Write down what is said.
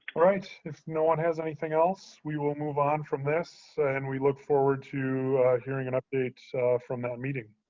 right, if no one has anything else, we will move on from this, and we look forward to hearing an update from that meeting.